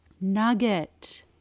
Nugget